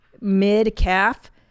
mid-calf